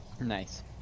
Nice